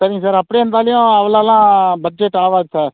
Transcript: சரிங் சார் அப்டே இருந்தாலும் அவ்வளோலாம் பட்ஜெட் ஆகாது சார்